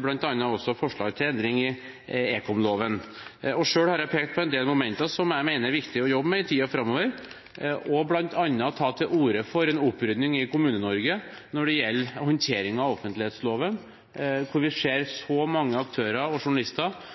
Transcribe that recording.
bl.a. forslag til endringer i ekomloven. Selv har jeg pekt på en del momenter som jeg mener det er viktig å jobbe med i tiden framover, bl.a. å ta til orde for en opprydning i Kommune-Norge når det gjelder håndteringen av offentlighetsloven, for vi ser mange aktører og journalister